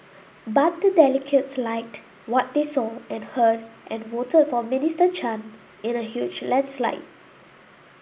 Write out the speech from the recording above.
but the delegates liked what they saw and heard and voted for Minister Chan in a huge landslide